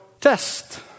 test